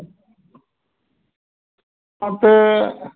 ᱚᱱᱛᱮ